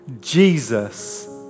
Jesus